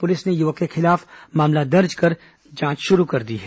police ने युवक के खिलाफ मामला दर्ज कर जांच शुरू कर दी है